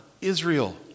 Israel